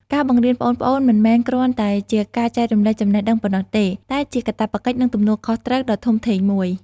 ការបង្រៀនប្អូនៗមិនមែនគ្រាន់តែជាការចែករំលែកចំណេះដឹងប៉ុណ្ណោះទេ តែជាកាតព្វកិច្ច និងទំនួលខុសត្រូវដ៏ធំធេងមួយ។